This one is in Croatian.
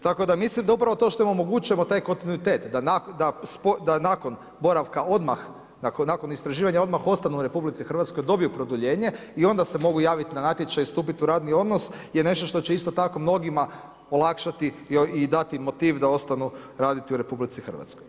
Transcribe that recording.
Tako da mislim da upravo to što im omogućujemo taj kontinuitet da nakon boravka odmah, nakon istraživanja odmah ostanu u RH, dobiju produljenje i onda se mogu javiti na natječaj, stupiti u radni odnos je nešto što će isto tako mnogima olakšati i dati im motiv da ostanu raditi u RH.